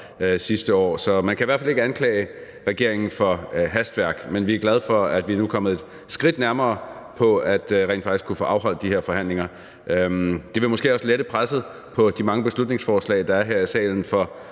sidste år, så man kan i hvert fald ikke anklage regeringen for hastværk. Men vi er glade for, at vi nu er kommet et skridt nærmere rent faktisk at kunne få afholdt de her forhandlinger. Det vil måske også lette presset i forhold til de mange beslutningsforslag, der er her i salen,